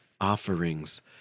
offerings